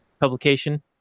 publication